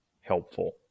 helpful